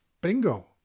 bingo